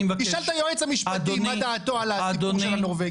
תשאל את היועץ המשפטי מה דעתו על הסיפור של הנורבגים.